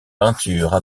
peintures